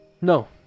No